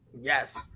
Yes